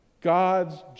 God's